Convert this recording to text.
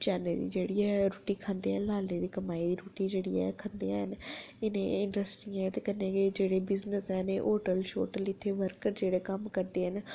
चैन्नां दी जेह्ड़ी ऐ रुट्टी खंदे न लालै गी कमाई दी रुट्टी जेह्ड़ी ऐ खंदे हैन इनें एह् इंड्रस्टियें ते कन्नै गै जेह्ड़े बिजनेस हैन होटल शोटल इत्थै वर्कर जेह्ड़ी कम्म करदे न